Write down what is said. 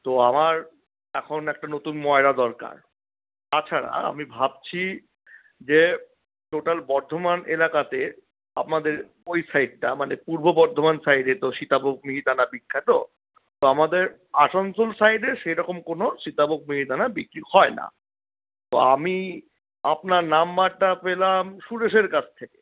তো আমার এখন একটা নতুন ময়রা দরকার তাছাড়া আমি ভাবছি যে টোটাল বর্ধমান এলাকাতে আপনাদের ওই সাইডটা মানে পূর্ব বর্ধমান সাইডে তো সীতাভোগ মিহিদানা বিখ্যাত তো আমাদের আসানসোল সাইডে সেরকম কোনো সীতাভোগ মিহিদানা বিক্রি হয় না তো আমি আপনার নাম্বারটা পেলাম সুরেশের কাছ থেকে